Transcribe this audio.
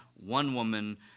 one-woman